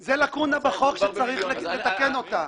זה לקונה בחוק שצריך לתקן אותה.